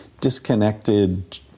disconnected